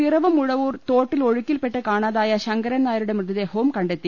പിറവം ഉഴവൂർ തോട്ടിൽ ഒഴുക്കിൽപെട്ട് കാണാ തായ ശങ്കരൻനായരുടെ മൃതദേഹവും കണ്ടെത്തി